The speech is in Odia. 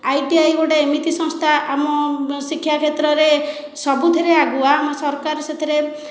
ଆଇ ଟି ଆଇ ଗୋଟିଏ ଏମିତି ସଂସ୍ଥା ଆମ ଶିକ୍ଷା କ୍ଷେତ୍ରରେ ସବୁଥିରେ ଆଗୁଆ ଆମ ସରକାର ସେଥିରେ